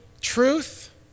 truth